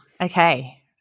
Okay